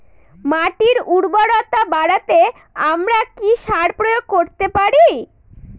মাটির উর্বরতা বাড়াতে আমরা কি সার প্রয়োগ করতে পারি?